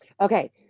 Okay